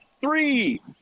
Three